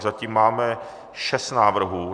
Zatím máme šest návrhů.